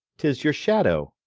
tis your shadow.